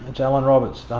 it's allan roberts,